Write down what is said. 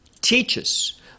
teaches